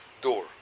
door